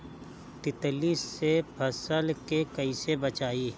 तितली से फसल के कइसे बचाई?